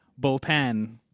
bullpen